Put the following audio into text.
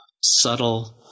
subtle